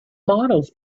models